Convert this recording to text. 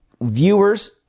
viewers